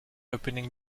opening